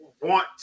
want